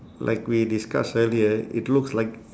like we discuss earlier it looks like